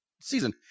season